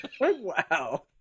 wow